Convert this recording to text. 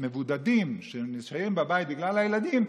המבודדים שנשארים בבית בגלל הילדים,